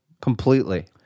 Completely